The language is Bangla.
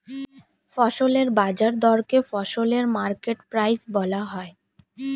ফসলের বাজার দরকে ফসলের মার্কেট প্রাইস বলা হয়